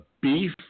beef